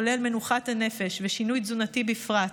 כולל מנוחת הנפש ושינוי תזונתי בפרט,